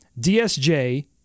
DSJ